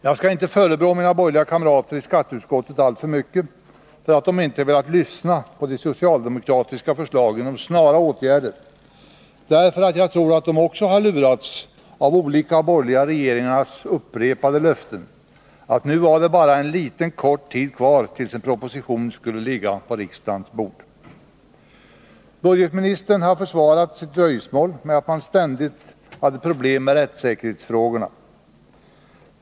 Jag skall inte förebrå mina borgerliga kamrater i skatteutskottet alltför mycket för att de inte velat lyssna på de socialdemokratiska förslagen till snara åtgärder, eftersom jag tror att också de har lurats av de olika borgerliga regeringarnas upprepade löften, att det nu var bara en kort tid kvar tills en proposition skulle ligga på riksdagens bord. 27 Budgetministern har försvarat sitt dröjsmål med att man ständigt hade problem med rättssäkerhetsfrågorna.